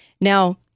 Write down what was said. Now